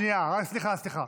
סליחה.